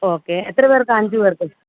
okay എത്ര പേർക്കാണ് അഞ്ച് പേർക്ക്